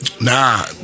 Nah